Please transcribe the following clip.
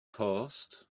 passed